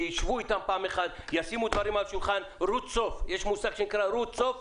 שישבו איתם פעם אחת, יש מושג שנקרא רות סוף.